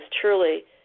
truly